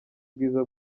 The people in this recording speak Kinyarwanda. bwiza